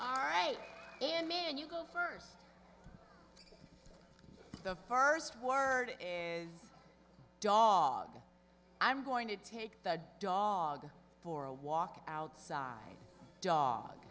all right and man you go first the first word dog i'm going to take the dog for a walk outside dog